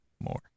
more